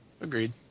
Agreed